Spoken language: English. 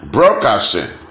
Broadcasting